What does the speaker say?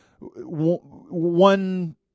one